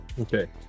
Okay